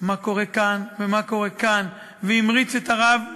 מה קורה כאן ומה קורה כאן והמריץ את הרב אליהו,